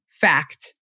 fact